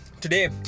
today